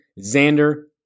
Xander